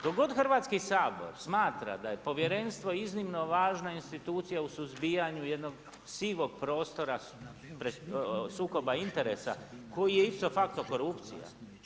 Dok god Hrvatski sabor smatra da je povjerenstvo iznimno važna institucija u suzbijanju jednog sivog prostora sukoba interesa koji je ipso facto korupcija.